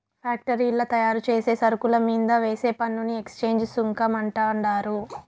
ఫ్యాక్టరీల్ల తయారుచేసే సరుకుల మీంద వేసే పన్నుని ఎక్చేంజ్ సుంకం అంటండారు